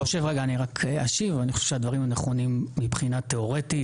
אני חושב שהדברים הם נכונים מבחינה תיאורטית,